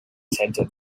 setze